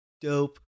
dope